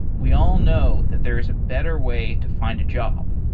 we all know that there is a better way to find a job.